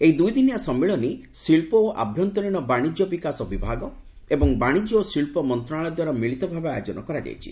ଏହି ଦୁଇଦିନିଆ ସମ୍ମିଳନୀ ଶିଳ୍ପ ଓ ଆଭ୍ୟନ୍ତରୀଣ ବାଶିଜ୍ୟ ବିକାଶ ବିଭାଗ ଏବଂ ବାଶିଜ୍ୟ ଓ ଶିଳ୍ପ ମନ୍ତ୍ରଶାଳୟଦ୍ୱାରା ମିଳିତ ଭାବେ ଆୟୋଜନ କରାଯାଇଛି